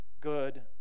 good